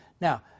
now